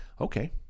Okay